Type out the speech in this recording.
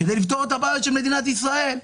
כדי לפתור את הבעיות של מדינת ישראל.